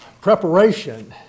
preparation